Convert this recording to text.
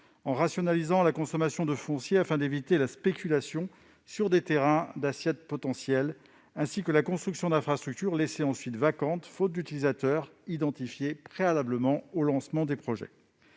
en rationalisant la consommation de foncier afin d'éviter la spéculation sur des terrains d'assiette potentiels, ainsi que la construction d'infrastructures laissées ensuite vacantes faute d'utilisateurs identifiés préalablement au lancement des projets.